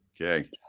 Okay